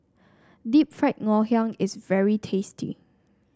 Deep Fried Ngoh Hiang is very tasty